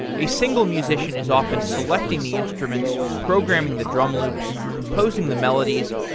a single musician is often selecting the instruments programming the drum loops, composing the melodies,